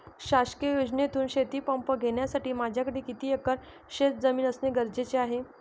शासकीय योजनेतून शेतीपंप घेण्यासाठी माझ्याकडे किती एकर शेतजमीन असणे गरजेचे आहे?